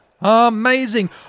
Amazing